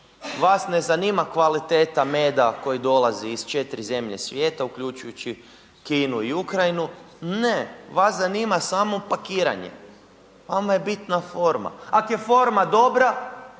vas ne zanima kvaliteta meda koji dolazi iz četiri zemlje svijeta uključujući Kinu i Ukrajinu. Ne, vas zanima samo pakiranje, vama je bitna forma. Ako je forma dobra,